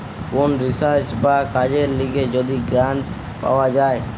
কোন রিসার্চ বা কাজের লিগে যদি গ্রান্ট পাওয়া যায়